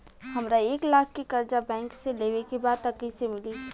हमरा एक लाख के कर्जा बैंक से लेवे के बा त कईसे मिली?